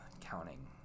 counting